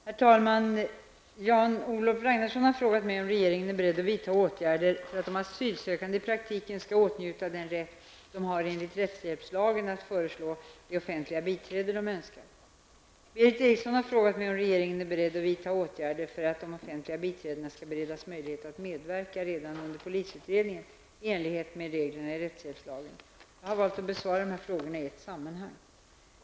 Herr talman! Jan-Olof Ragnarsson har frågat mig om regeringen är beredd att vidta åtgärder för att de asylsökande i praktiken skall åtnjuta den rätt de har enligt rättshjälpslagen att föreslå det offentliga biträde som de önskar. Berith Eriksson har frågat mig om regeringen är beredd att vidta åtgärder för att de offentliga biträdena skall beredas möjlighet att medverka redan under polisutredningen i enlighet med reglerna i rättshjälpslagen. Jag har valt att besvara frågorna i ett sammanhang.